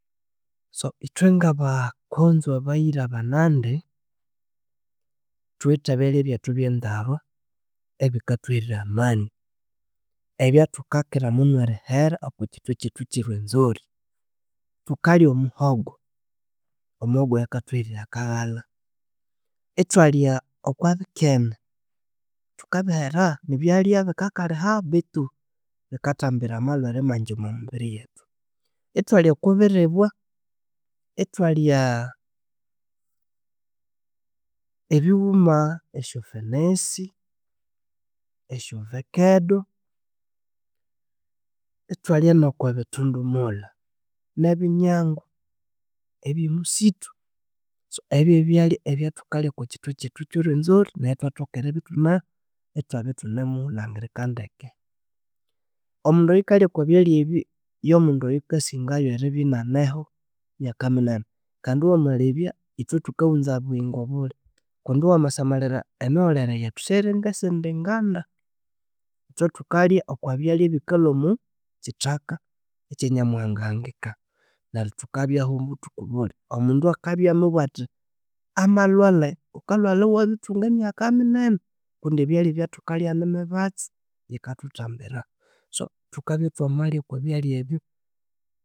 So ithwe ngabakonzo bayira abanande thuwithe ebyalya bethu ebyonzarwa ebikathuhereraya amani ebyathukakira munu erihera okokyithwa kyethu kyerwenzori thukalya omuhongo, omuhongo oyo akathuhereraya akaghalha, ethwalya oko bikene thukabihera nibyalya bikakalhiha bethu bikathambira ambanza magyi omwa mibiri yethu yithwalya oko biribwa yithwalya ebiwuma esyofenesi, esyo vekedo, yithwalya noko bithudumulha, nebinyangwa, ebyomusithu, ebyo byebyalya ebyothukalya okwakyithwe kyethu kyerwenzori neryo yithwathoka eribya yithune yithwabya yithune mulhangirika ndeke omundu oyukalya oko byalya ebi yomundu oyukabya nakasingayo eribya naneho myaka minene kandi wamalhebya yithwe thukawuza buyingo bulhi kundi wamasamalira emiholere yethu siyiringesidingada yithwe thukalya oko byalya ebikalhwamu kyithaka ekyanyamuhanga ahangika neryo thukabyaho buthuku omobuthuku obulhi omundu akabya amabuwagha athi amalhwala yiwabirithunga emyaka binene kundi ebyalya ebyathukalya nimibatsi yikathuthambira so thukabya thwamalya oko byalya ebyo